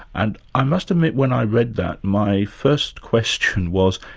and i must admit when i read that, my first question was,